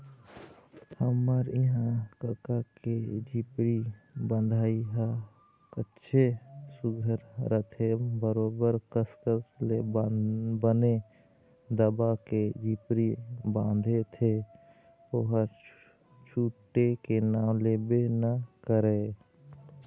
हमर इहाँ कका के झिपारी बंधई ह काहेच सुग्घर रहिथे बरोबर कस कस ले बने दबा के झिपारी बांधथे ओहा छूटे के नांव लेबे नइ करय